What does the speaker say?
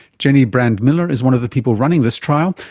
jennie brand-miller is one of the people running this trial.